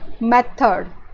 method